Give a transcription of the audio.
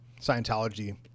Scientology